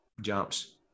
jumps